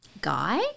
guy